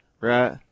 right